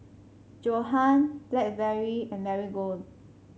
Johan Blackberry and Marigold